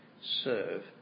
serve